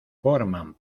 forman